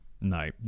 no